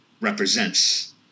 represents